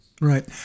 Right